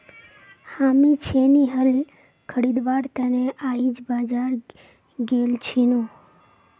हामी छेनी हल खरीदवार त न आइज बाजार गेल छिनु